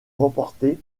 remportés